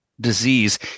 disease